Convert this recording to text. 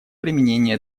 применения